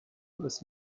was